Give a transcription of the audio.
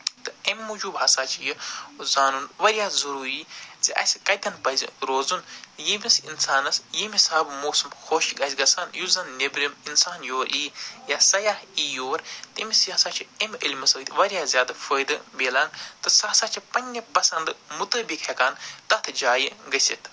تہٕ امہِ موٗجوُب ہَسا چھِ یہِ زانن وارِیاہ ضُروری زِ اَسہِ کَتٮ۪ن پَزِ روزُن ییٚمِس اِنسانس ییٚمہِ حِساب موسم خۄش آسہِ گَژھان یُس زن نٮ۪برِم اِںسان یور یی یا سیاہ یِی یور تٔمِس یِسا چھِ امہِ علمہٕ سۭتۍ وارِیاہ زیادٕ فٲہدٕ مِلان تہٕ سُہ سا چھِ پنٛنہِ پسنٛد مطٲبق ہٮ۪کان تتھ جایہِ گٔژھِتھ